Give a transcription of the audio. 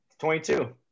22